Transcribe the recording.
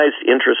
interest